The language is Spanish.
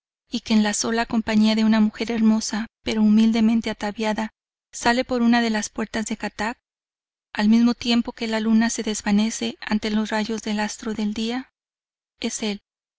y que en la sola compañía de una mujer hermosa pero humildemente ataviada sale por una de las puertas del kattak al mismo tiempo que la luna se desvanece ante los rayos del astro del día es el